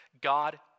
god